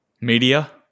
Media